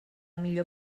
millor